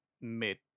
mid